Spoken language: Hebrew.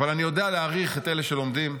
אבל אני יודע להעריך את אלה שלומדים,